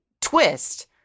twist